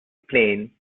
plane